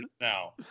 Now